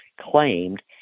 claimed